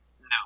No